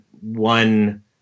one